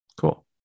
Cool